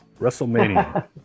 WrestleMania